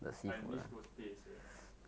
I miss those days man